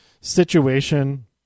situation